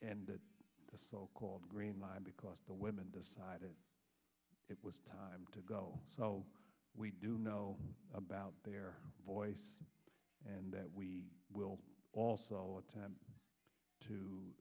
that the so called green line because the women decided it was time to go so we do know about their voice and that we will also a